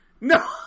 No